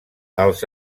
als